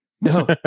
No